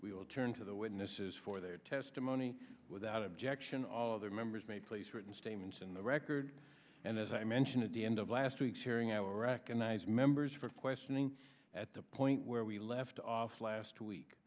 we will turn to the witnesses for their testimony without objection all other members may place written statements in the record and as i mentioned at the end of last week's hearing i will recognize members for questioning at the point where we left off last week